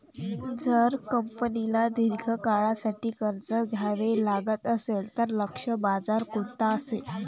जर कंपनीला दीर्घ काळासाठी कर्ज घ्यावे लागत असेल, तर लक्ष्य बाजार कोणता असेल?